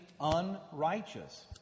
unrighteous